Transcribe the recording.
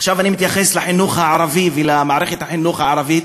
עכשיו אני מתייחס לחינוך הערבי ולמערכת החינוך הערבית,